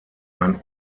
ein